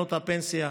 קרנות הפנסיה,